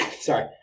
sorry